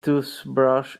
toothbrush